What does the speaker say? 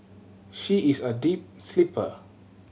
she is a deep sleeper